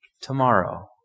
tomorrow